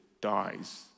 dies